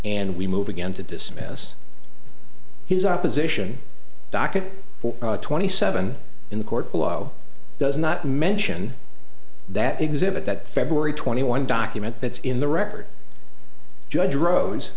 and we move again to dismiss his opposition docket for twenty seven in the court below does not mention that exhibit that february twenty one document that's in the record judge r